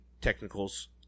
technicals